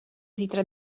zítra